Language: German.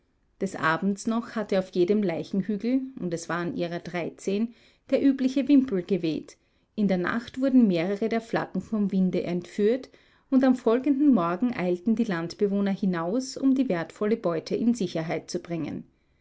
des abends noch hatte auf jedem leichenhügel und es waren ihrer dreizehn der übliche wimpel geweht in der nacht wurden mehrere der flaggen vom winde entführt und am folgenden morgen eilten die landbewohner hinaus um die wertvolle beute in sicherheit zu bringen